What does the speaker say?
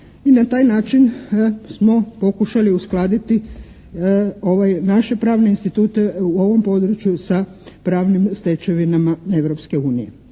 I na taj način smo pokušali uskladiti naše pravne institute u ovom području sa pravnim stečevinama